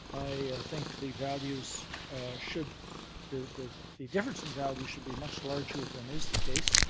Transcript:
i think the values should the the difference in values should be much larger than is the case.